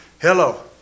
Hello